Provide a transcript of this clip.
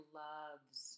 loves